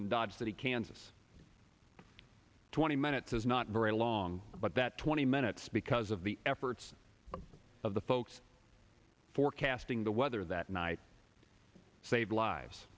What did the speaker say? in dodge city kansas twenty minutes is not very long but that twenty minutes because of the efforts of the folks forecasting the weather that night save lives